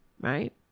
right